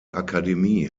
akademie